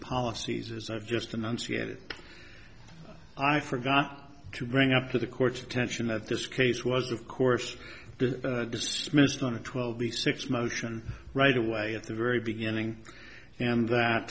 policies as i've just enunciated i forgot to bring up to the court's attention that this case was of course dismissed on a twelve the six motion right away at the very beginning and that